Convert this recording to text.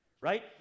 right